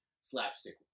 slapstick